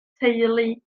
teulu